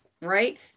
right